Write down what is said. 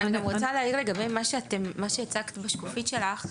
אני גם רוצה להעיר לגבי מה שהצגת בשקופית שלך: